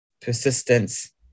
persistence